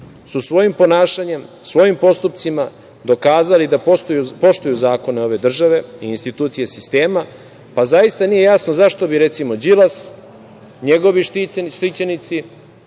su svojim ponašanjem, svojim postupcima dokazali da poštuju zakone ove države i institucije sistema, pa zaista nije jasno zašto bi, recimo, Đilas, njegovi štićenici,